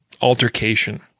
altercation